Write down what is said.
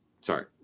sorry